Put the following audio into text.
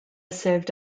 served